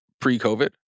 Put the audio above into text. pre-COVID